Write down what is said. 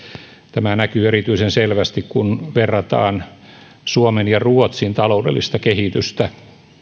tämä näkyy erityisen selvästi kun verrataan suomen ja ruotsin taloudellista kehitystä